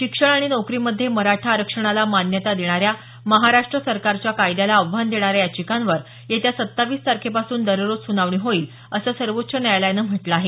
शिक्षण आणि नोकरीमधे मराठा आरक्षणाला मान्यता देणाऱ्या महाराष्ट्र सरकारच्या कायद्याला आव्हान देणाऱ्या याचिकांवर येत्या सत्तावीस तारखेपासून दररोज सुनावणी होईल असं सर्वोच्व न्यायालयानं म्हटलं आहे